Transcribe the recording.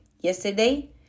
Yesterday